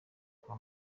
kwa